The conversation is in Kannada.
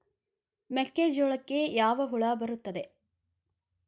ಮೆಕ್ಕೆಜೋಳಕ್ಕೆ ಯಾವ ಹುಳ ಬರುತ್ತದೆ?